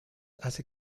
hace